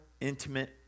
intimate